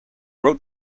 wrote